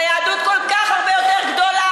היהדות כל כך הרבה יותר גדולה,